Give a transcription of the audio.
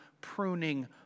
pruning